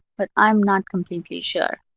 but i'm not completely sure.